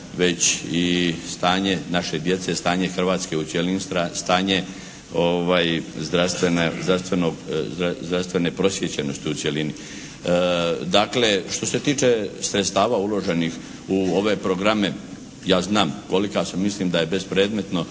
već i stanje naše djece, stanje Hrvatske u cjelini, stanje zdravstvene prosvjećenosti u cjelini. Dakle, što se tiče sredstava uloženih u ove programe ja znam kolika su. Mislim da je bespredmetno